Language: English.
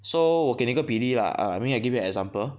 so 我给你个比例 lah err I mean I give you a example